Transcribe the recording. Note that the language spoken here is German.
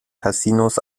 casinos